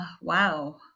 wow